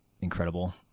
incredible